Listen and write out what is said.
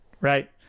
right